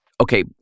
okay